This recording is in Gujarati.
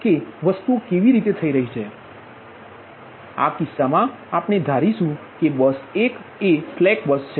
તેથી આ કિસ્સામાં આપણે ધારીશું કે બસ 1 એ એક સ્લેક બસ છે